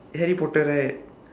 harry potter right